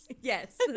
Yes